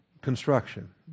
construction